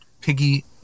Piggy